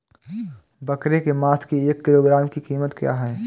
बकरे के मांस की एक किलोग्राम की कीमत क्या है?